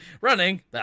running